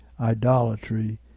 idolatry